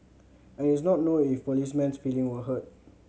it is not known if policeman's feeling was hurt